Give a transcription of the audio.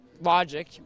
logic